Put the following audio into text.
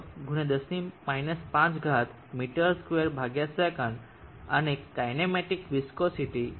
6 x 10-5 મી2 સે અને કાઇનેટિક વિસ્કોસીટી 1